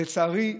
ולצערי,